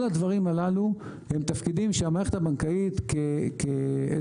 כל הדברים הללו הם תפקידים שהמערכת הבנקאית כאיזשהו